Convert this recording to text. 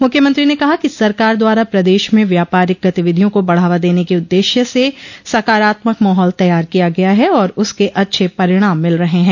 मुख्यमंत्री ने कहा कि सरकार द्वारा प्रदेश में व्यापारिक गतिविधियों को बढ़ावा देने के उददेश से सकारात्मक माहौल तैयार किया गया है और उसके अच्छे परिणाम मिल रहे हैं